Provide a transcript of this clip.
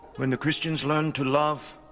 when the christians learn to love,